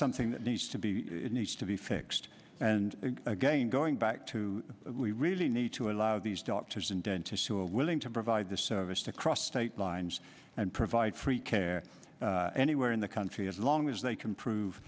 something needs to be needs to be fixed and again going back to we really need to allow these doctors and dentists who are willing to provide the service to cross state lines and provide free care anywhere in the country as long as they can prove